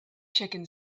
chicken